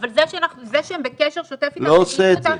אבל זה שהם בקשר שוטף איתם -- לא עושה את זה.